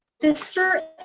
Sister